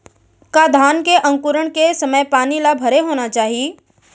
का धान के अंकुरण के समय पानी ल भरे होना चाही?